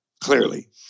clearly